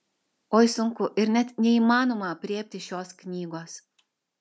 oi sunku ir net neįmanoma aprėpti šios knygos